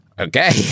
Okay